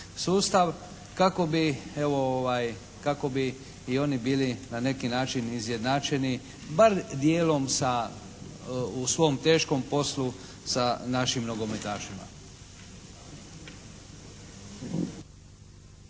kako bi i oni bili na neki način izjednačeni bar dijelom sa u svom teškom poslu, sa našim nogometašima.